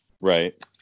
Right